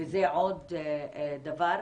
זה עוד דבר,